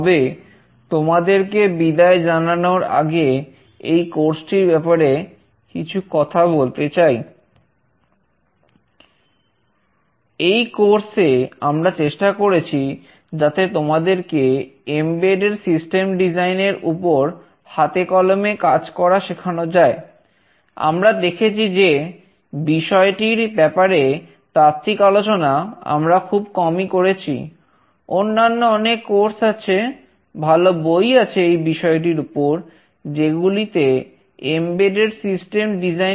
তবে তোমাদেরকে বিদায় জানানোর আগে এই কোর্সটির ব্যাপারে কিছু কথা বলতে চাই